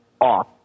off